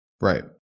Right